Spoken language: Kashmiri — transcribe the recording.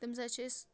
تَمہِ ساتہٕ چھِ أسۍ